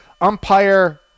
umpire